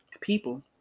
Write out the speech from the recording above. people